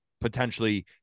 potentially